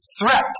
threat